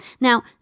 Now